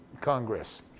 Congress